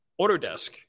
Autodesk